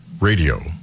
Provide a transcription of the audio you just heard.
Radio